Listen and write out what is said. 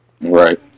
Right